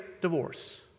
divorce